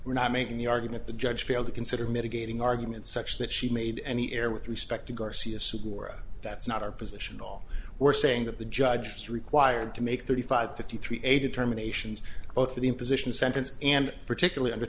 were not making the argument the judge failed to consider mitigating arguments such that she made any air with respect to garcia sugiura that's not our position all we're saying that the judge is required to make thirty five fifty three eighty terminations both for the imposition sentence and particularly under